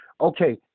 okay